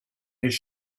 his